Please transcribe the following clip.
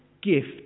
gift